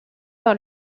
par